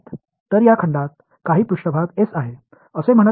எனவே இந்த மூன்று நிபந்தனைகள் என்ன